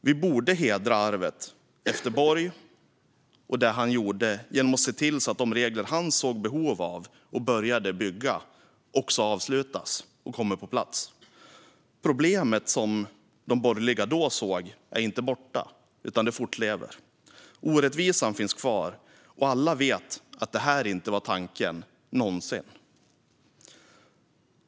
Vi borde hedra arvet efter Borg och det han gjorde genom att se till att de regler han såg behov av och började bygga också kommer på plats. Det problem som de borgerliga då såg är inte borta, utan det fortlever. Orättvisan finns kvar, och alla vet att detta inte var tanken - någonsin.